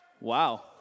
Wow